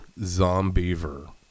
Zombiever